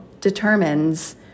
determines